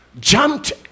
jumped